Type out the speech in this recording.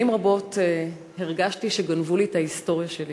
שנים רבות הרגשתי שגנבו לי את ההיסטוריה שלי.